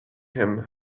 him